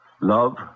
Love